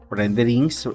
renderings